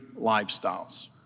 lifestyles